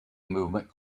movement